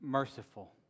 Merciful